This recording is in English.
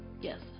Yes